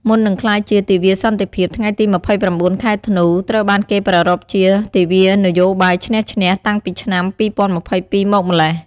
មុននឹងក្លាយជា ទិវាសន្តិភាព ថ្ងៃទី ២៩ ខែធ្នូ ត្រូវបានគេប្រារព្ធជា ទិវានយោបាយឈ្នះ-ឈ្នះ តាំងពីឆ្នាំ ២០២២ មកម្ល៉េះ។